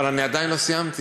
אבל אני עדיין לא סיימתי.